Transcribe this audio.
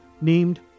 named